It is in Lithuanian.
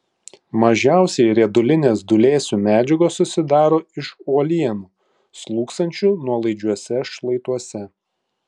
mažiausiai riedulinės dūlėsių medžiagos susidaro iš uolienų slūgsančių nuolaidžiuose šlaituose